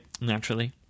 Naturally